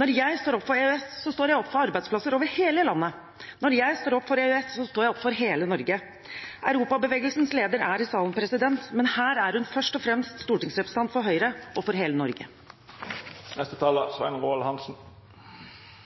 Når jeg står opp for EØS, står jeg opp for arbeidsplasser over hele landet. Når jeg står opp for EØS, står jeg opp for hele Norge. Europabevegelsens leder er i salen, men her er hun først og fremst stortingsrepresentant for Høyre og hele Norge. Spørsmålet – om vi må reforhandle EØS-avtalen – som er